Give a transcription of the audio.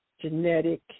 genetic